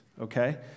okay